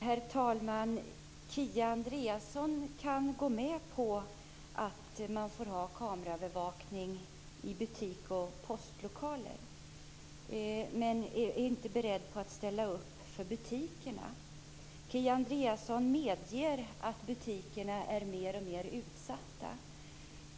Herr talman! Kia Andreasson kan gå med på kameraöverkning i bank och postlokaler, men är inte beredd att ställa upp för butikerna. Hon medger att butikerna är mer och mer utsatta.